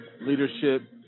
leadership